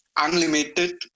unlimited